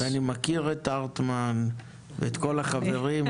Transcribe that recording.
ואני מכיר את הרטמן ואת כל החברים,